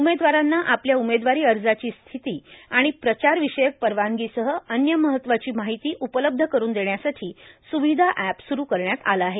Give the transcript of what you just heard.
उमेदवारांना आपल्या उमेदवारी अर्जाची स्थिती आणि प्रचार विषयक परवानगीसह अन्य महत्वाची माहिती उपलब्ध करून देण्यासाठी स्विधा एप स्रु करण्यात आले आहे